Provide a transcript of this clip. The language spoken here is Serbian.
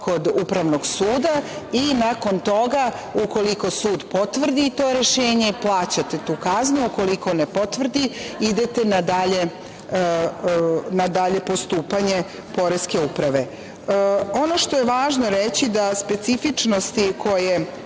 kod Upravnog suda i nakon toga, ukoliko sud potvrdi to rešenje plaćate tu kaznu, ukoliko ne potvrdi idete na dalje postupanje Poreske uprave. Ono što je važno reći, to je da specifičnosti koje